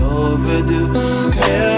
overdue